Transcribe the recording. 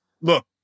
look